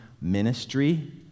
Ministry